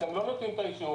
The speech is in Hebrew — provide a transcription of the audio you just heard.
אתם לא נותנים את האישור,